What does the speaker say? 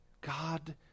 God